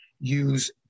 use